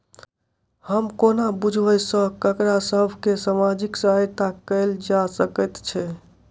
हम कोना बुझबै सँ ककरा सभ केँ सामाजिक सहायता कैल जा सकैत छै?